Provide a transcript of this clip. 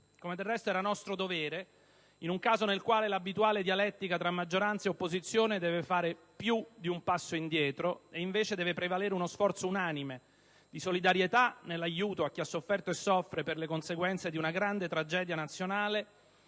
come del resto era nostro dovere in un caso nel quale l'abituale dialettica tra maggioranza e opposizione deve fare più di un passo indietro e invece deve prevalere uno sforzo unanime di solidarietà nell'aiuto a chi ha sofferto e soffre per le conseguenze di una grande tragedia nazionale